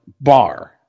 bar